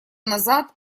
назад